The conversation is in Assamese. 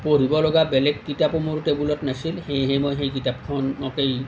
পঢ়িব লগা বেলেগ কিতাপো মোৰ টেবুলত নাছিল সেয়েহে মই সেই কিতাপখনকেই